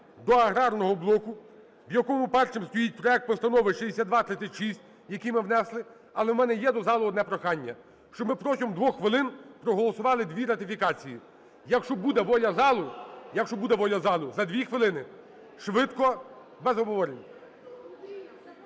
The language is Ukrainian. до аграрного блоку, в якому першим стоїть проект постанови 6236, якій ми внесли. Але у мене до залу одне прохання, щоб ми протягом 2 хвилин проголосували дві ратифікації. Якщо буде воля залу, якщо буде воля залу, за 2 хвилини, швидко, без обговорень.